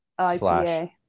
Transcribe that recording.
IPA